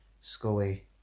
Scully